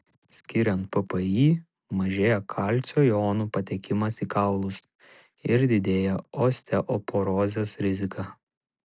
skiriant ppi mažėja kalcio jonų patekimas į kaulus ir didėja osteoporozės rizika